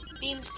beam